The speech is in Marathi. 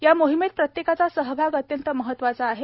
या मोहिमेत प्रत्येकाचा सहभाग अत्यंत महत्त्वाचा आहे